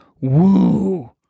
woo